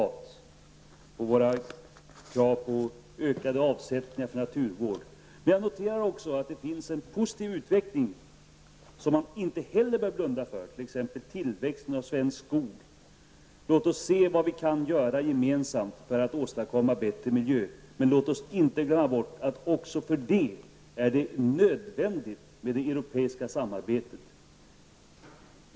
Det gäller även våra krav på ökade avsättningar för naturvård. Jag noterar också att det finns en positiv utveckling som man inte heller bör blunda för. Det gäller t.ex. tillväxten av svensk skog. Låt oss se vad vi kan göra gemensamt för att åstadkomma en bättre miljö. Men låt oss inte glömma bort att det också för detta är nödvändigt med det europeiska samarbetet.